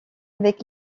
avec